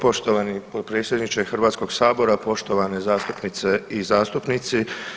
Poštovani potpredsjedniče HS-a, poštovane zastupnice i zastupnici.